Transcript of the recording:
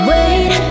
Wait